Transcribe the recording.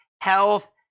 Health